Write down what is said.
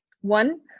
One